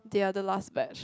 they are the last batch